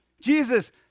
Jesus